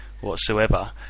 whatsoever